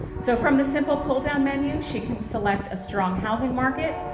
so from the simple pull down menu she can select a strong housing market.